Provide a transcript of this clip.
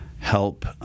help